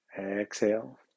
Exhale